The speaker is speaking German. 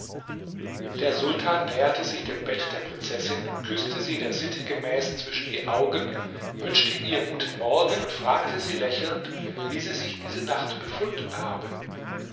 der sultan näherte sich dem bett der prinzessin küßte sie der sitte gemäß zwischen die augen wünschte ihr guten morgen und fragte sie lächelnd wie sie sich diese nacht befunden habe